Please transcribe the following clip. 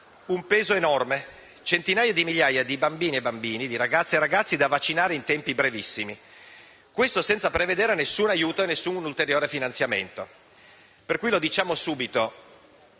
un peso enorme: centinaia di migliaia di bambine e bambini, ragazze e ragazzi, da vaccinare in tempi brevissimi, senza prevedere alcun aiuto e alcun ulteriore finanziamento. Diciamo quindi subito